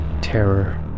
Terror